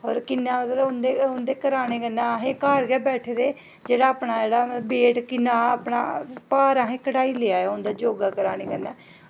होर उं'दे कराने कन्नै अस घर गै बैठे दे जेह्ड़े अपना बेट किन्ना भार असैं घटाई लेआ ऐ उं'दा योगा कराने कन्नै